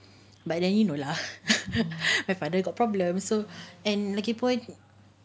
but then you know lah my father got problem so and lagi pun